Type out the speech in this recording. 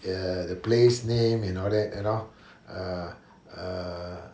err the place name and all that you know err err